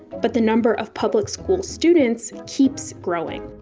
but the number of public school students keeps growing.